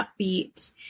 upbeat